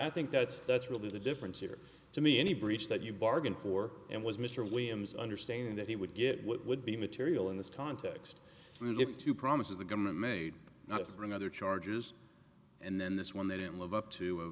think that's that's really the difference here to me any breach that you bargained for and was mr williams understanding that he would get what would be material in this context if to promise you the government may not remember charges and then that's when they didn't live up to